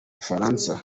bufaransa